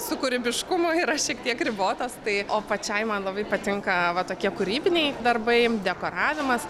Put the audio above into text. su kūrybiškumu yra šiek tiek ribotos tai o pačiai man labai patinka va tokie kūrybiniai darbai dekoravimas